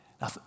now